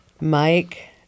Mike